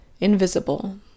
invisible